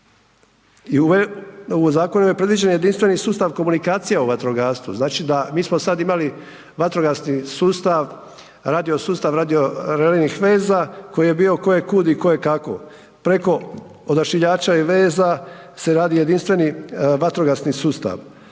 I u zakonu je predviđen jedinstveni sustav komunikacije u vatrogastvu, znači mi smo sada imali vatrogasni sustav radio sustav, radio … veza koji je bio kojekud i kojekako, preko Odašiljača i veza se radi jedinstveni vatrogasni sustav.